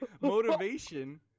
motivation